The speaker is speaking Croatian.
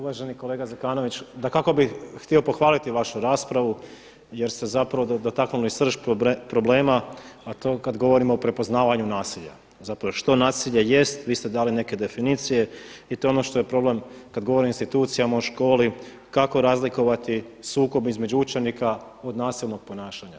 Uvaženi kolega Zekanović, dakako bih htio pohvaliti vašu raspravu jer ste zapravo dotaknuli srž problema a to je kada govorimo o prepoznavanju nasilja, zapravo što nasilje jest, vi ste dali neke definicije i to je ono što je problem, kada govorimo o institucijama, o školi, kako razlikovati sukob između učenik od nasilnog ponašanja.